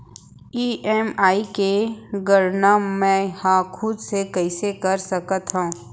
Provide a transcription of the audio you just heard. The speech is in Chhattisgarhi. ई.एम.आई के गड़ना मैं हा खुद से कइसे कर सकत हव?